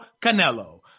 Canelo